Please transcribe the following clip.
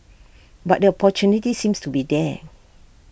but the opportunity seems to be there